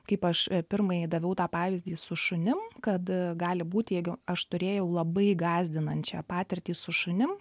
kaip aš pirmąjį daviau tą pavyzdį su šunim kad gali būt jeigu aš turėjau labai gąsdinančią patirtį su šunim